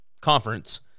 conference